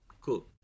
Cool